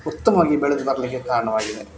ಉತ್ತಮ್ವಾಗಿ ಬೆಳೆದು ಬರಲಿಕ್ಕೆ ಕಾರಣವಾಗಿದೆ